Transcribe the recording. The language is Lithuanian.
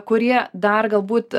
kurie dar galbūt